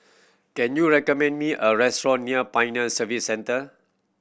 can you recommend me a restaurant near Pioneer Service Centre